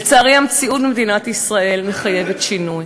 לצערי, המציאות במדינת ישראל מחייבת שינוי,